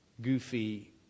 goofy